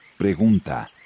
Pregunta